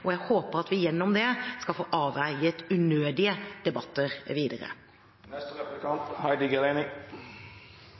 og jeg håper at vi gjennom det skal få avverget unødige debatter